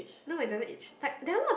no it doesn't itchy like there are lot